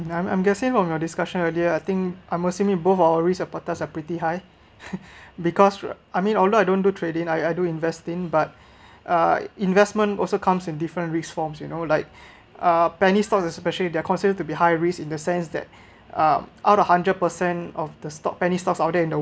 I'm I'm guessing from your discussion earlier I think I'm assuming both our risk appetites are pretty high because I mean although I don't do trading I I do investing but uh investment also comes in different risks forms you know like uh penny stocks especially they’re consider to be high risk in the sense that uh out of hundred percent of the stock penny stocks out there in the